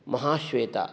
Mahasweta